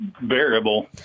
variable